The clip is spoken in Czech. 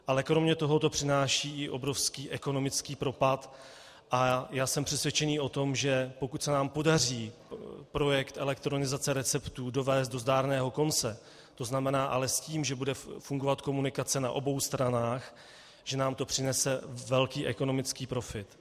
Ale kromě toho to přináší obrovský ekonomický propad a já jsem přesvědčen o tom, že pokud se nám podaří projekt elektronizace receptů dovést do zdárného konce, to ale znamená s tím, že bude fungovat komunikace na obou stranách, že nám to přinese velký ekonomický profit.